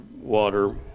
water